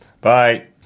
Bye